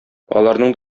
аларның